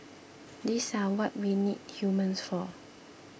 these are what we need humans for